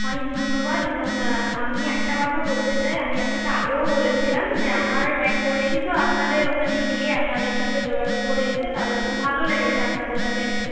অনেক ধন্যবাদ এবং আমি একটা কথা বলতে চাই আমি আপনাকে আগেও বলেছিলাম যে আমার এক পরিচিত আপনাদের ওখানে গিয়ে আপনাদের সাথে যোগাযোগ করে এসেছে তাদের খুব ভালো লেগেছে আপনাদের সাথে